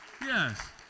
Yes